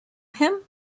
him